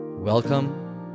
Welcome